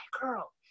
girl